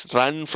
run